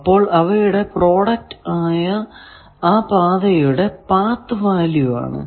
അപ്പോൾ അവയുടെ പ്രോഡക്റ്റ് ആ പാതയുടെ പാത്ത് വാല്യൂ ആണ്